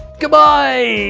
goodbye.